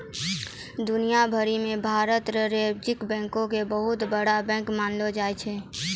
दुनिया भरी मे भारत रो रिजर्ब बैंक के बहुते बड़ो बैंक मानलो जाय छै